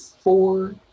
four